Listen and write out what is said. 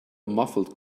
muffled